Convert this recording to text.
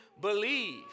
believe